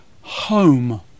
home